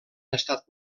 estat